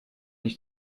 ich